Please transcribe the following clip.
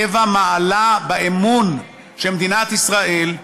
טבע מעלה באמון שמדינת ישראל,